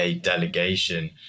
delegation